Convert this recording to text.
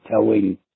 telling